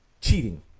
cheating